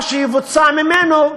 שמה שיבוצע ממנו,